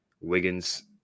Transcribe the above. Wiggins